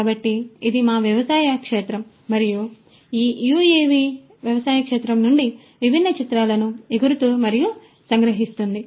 కాబట్టి ఇది మా వ్యవసాయ క్షేత్రం మరియు ఈ యుఎవి ఈ వ్యవసాయ క్షేత్రం నుండి విభిన్న చిత్రాలను ఎగురుతూ మరియు సంగ్రహిస్తోంది